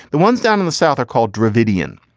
the ones down in the south are called dravidian.